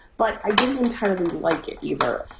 but i didn't entirely like it either.